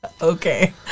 okay